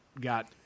got